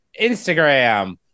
Instagram